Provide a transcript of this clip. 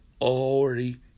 already